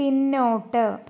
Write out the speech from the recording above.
പിന്നോട്ട്